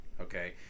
okay